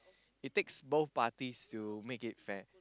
it takes both parties to make it fair